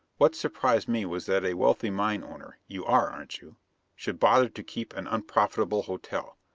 what surprised me was that a wealthy mine owner you are, aren't you should bother to keep an unprofitable hotel.